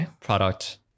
product